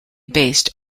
based